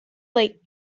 like